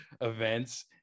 events